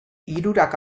hirurak